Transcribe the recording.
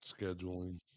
Scheduling